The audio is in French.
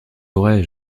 aurais